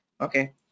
okay